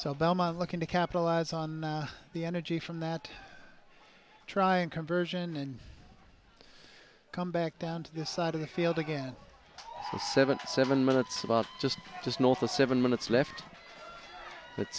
so belmont looking to capitalize on the energy from that trying conversion and come back down to the side of the field again the seventy seven minutes about just just north of seven minutes left let's